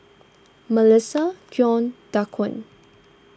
Mellissa Keon Daquan